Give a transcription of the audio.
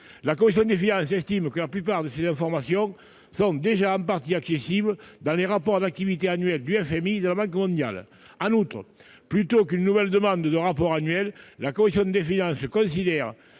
La commission des finances estime que la plupart de ces informations sont déjà partiellement accessibles dans les rapports d'activité annuels du FMI et de la Banque mondiale. En outre, plutôt qu'une nouvelle demande de rapport annuel, la commission des finances considère